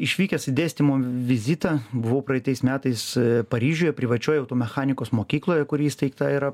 išvykęs į dėstymo vizitą buvau praeitais metais paryžiuje privačioj auto mechanikos mokykloje kuri įsteigta yra